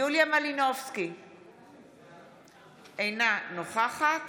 יוליה מלינובסקי קונין, אינה נוכחת